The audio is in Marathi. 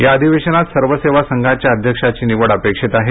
या अधिवेशनात सर्वसेवा संघाच्या अध्यक्षाची निवड अपेक्षित आहे